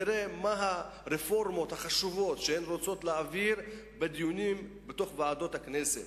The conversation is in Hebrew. נראה מה הרפורמות החשובות שהם רוצים להעביר בדיונים בוועדות הכנסת.